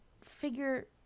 figure